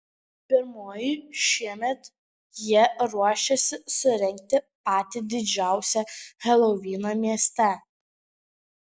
pirmoji šiemet jie ruošiasi surengti patį didžiausią helovyną mieste